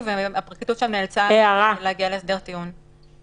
והפרקליטות נאלצה שם להגיע להסדר טיעון.